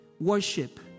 worship